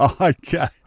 Okay